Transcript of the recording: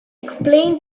explain